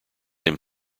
him